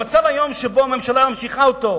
המצב היום, שהממשלה ממשיכה אותו,